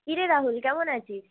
কী রে রাহুল কেমন আছিস